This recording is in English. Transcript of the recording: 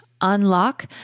unlock